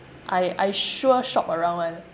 I I sure shop around [one]